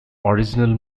original